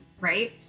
right